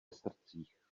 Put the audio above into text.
srdcích